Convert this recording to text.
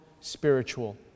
spiritual